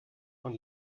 von